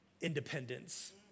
independence